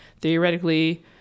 theoretically